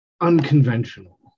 unconventional